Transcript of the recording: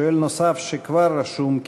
שואל נוסף שכבר רשום,